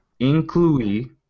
Inclui